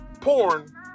porn